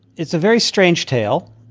it's a very strange tale.